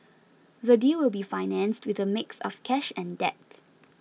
the deal will be financed with a mix of cash and debt